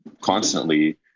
constantly